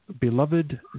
beloved